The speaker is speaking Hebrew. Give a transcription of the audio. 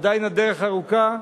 עדיין הדרך ארוכה,